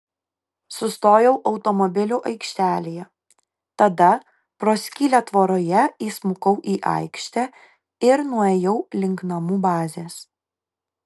sustojau automobilių aikštelėje tada pro skylę tvoroje įsmukau į aikštę ir nuėjau link namų bazės